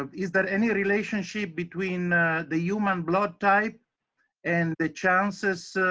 um is there any relationship between the human blood type and the chances